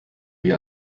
wie